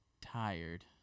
tired